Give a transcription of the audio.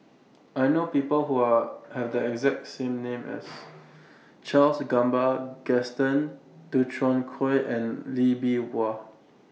I know People Who Are Have The exact same name as Charles Gamba Gaston Dutronquoy and Lee Bee Wah